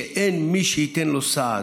שאין מי שייתן לו סעד,